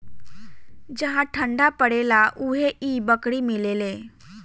जहा ठंडा परेला उहे इ बकरी मिलेले